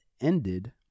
ended